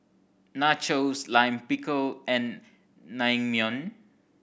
Nachos Lime Pickle and Naengmyeon